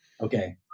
okay